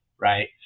right